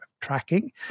tracking